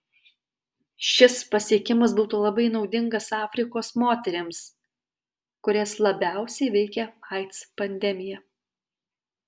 šis pasiekimas būtų labai naudingas afrikos moterims kurias labiausiai veikia aids pandemija